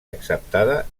acceptada